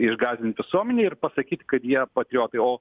išgąsdint visuomenę ir pasakyt kad jie patriotai o